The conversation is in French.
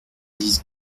dix